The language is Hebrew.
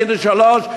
מינוס 3,